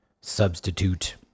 substitute